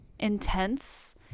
intense